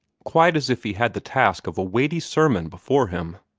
quite as if he had the task of a weighty sermon before him.